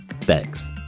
thanks